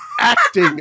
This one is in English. acting